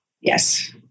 Yes